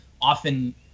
often